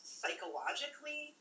psychologically